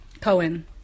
Cohen